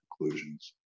conclusions